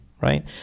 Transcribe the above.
right